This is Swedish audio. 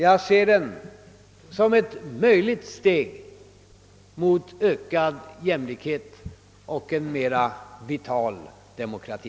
Jag ser den som ett möjligt steg mot ökad jämlikhet och en mera vital demokrati.